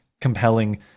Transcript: compelling